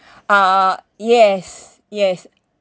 uh yes yes